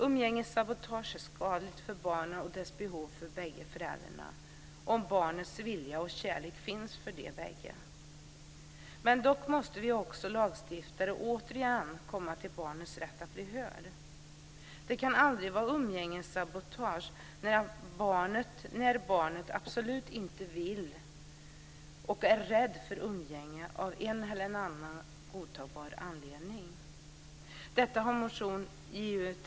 Umgängessabotage är skadligt för barnen och deras behov av bägge föräldrarna om barnets vilja och kärlek finns för dem båda. Men vi lagstiftare måste återigen komma till barnets rätt att bli hörd. Det kan aldrig vara umgängessabotage när barnet absolut inte vill ha och är rädd för umgänge av en eller annan godtagbar anledning.